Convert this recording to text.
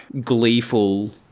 gleeful